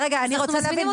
הילד